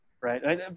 right